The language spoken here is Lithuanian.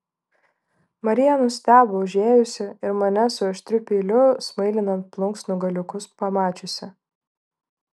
marija nustebo užėjusi ir mane su aštriu peiliu smailinant plunksnų galiukus pamačiusi